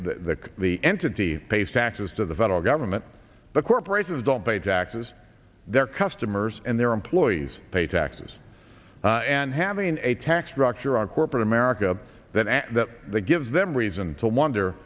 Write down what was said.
t the entity pays taxes to the federal government but corporations don't pay taxes their customers and their employees pay taxes and having a tax structure on corporate america that that gives them reason to wonder